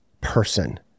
person